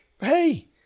hey